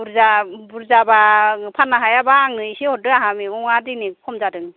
बुर्जा बुरजाबा आङो फान्नो हायाबा आंनो एसे हरदो आंहा मैगंआ दिनै खम जादों